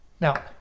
Now